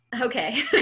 Okay